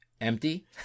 Empty